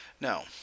Now